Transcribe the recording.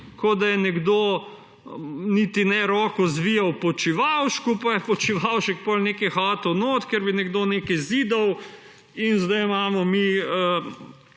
kot da nekdo niti ni roke zvijal Počivalšku, pa je Počivalšek potem nekaj hotel notri, ker bi nekdo nekaj zidal. In zdaj imamo mi